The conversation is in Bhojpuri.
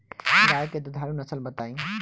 गाय के दुधारू नसल बताई?